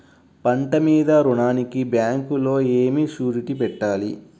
పంట మీద రుణానికి బ్యాంకులో ఏమి షూరిటీ పెట్టాలి?